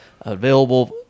Available